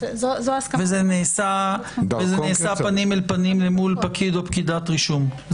וזה נעשה פנים אל פנים מול פקיד או פקידת רישום?